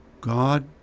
God